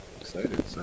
Excited